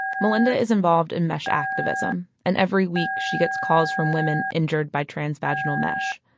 melynda is involved in mesh activism and every week she gets calls from women injured by transvaginal mesh.